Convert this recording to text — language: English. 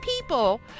people